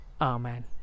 Amen